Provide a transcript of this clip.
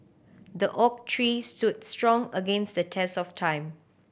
the oak tree stood strong against the test of time